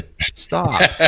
stop